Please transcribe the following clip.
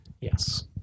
yes